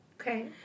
Okay